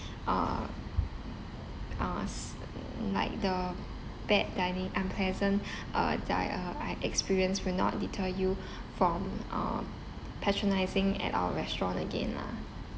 uh uh s~ like the bad dining unpleasant uh di~ uh i~ experience will not deter you from um patronising at our restaurant again lah